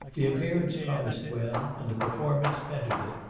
the appearance promised well, and the performance bettered it.